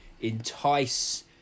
entice